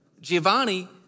Giovanni